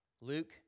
Luke